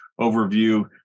overview